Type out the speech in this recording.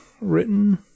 written